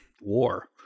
war